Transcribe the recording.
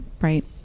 right